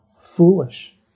foolish